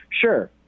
sure